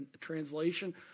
translation